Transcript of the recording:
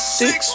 six